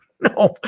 no